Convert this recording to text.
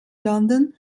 london